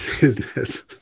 business